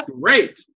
Great